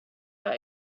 but